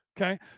okay